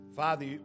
Father